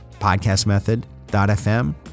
podcastmethod.fm